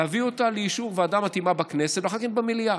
לאישור ועדה מתאימה בכנסת ואחר כך במליאה.